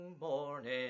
morning